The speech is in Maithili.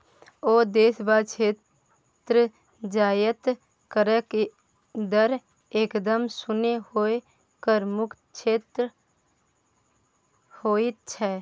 ओ देश वा क्षेत्र जतय करक दर एकदम शुन्य होए कर मुक्त क्षेत्र होइत छै